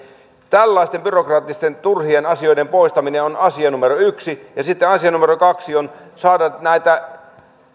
tällaisten byrokraattisten turhien asioiden poistaminen on asia numero yksi ja sitten asia numero kaksi on saada